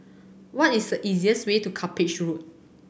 what is the easiest way to Cuppage Road